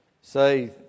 say